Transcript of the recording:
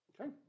Okay